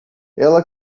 ela